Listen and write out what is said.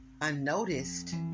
Unnoticed